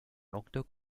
languedoc